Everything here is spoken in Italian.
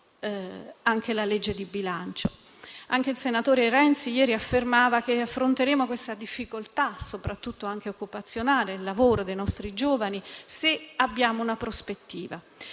alla legge di bilancio; anche il senatore Renzi ieri affermava che affronteremo questa difficoltà, soprattutto anche occupazionale, che riguarderà il lavoro dei nostri giovani, se avremo una prospettiva.